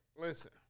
listen